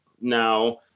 Now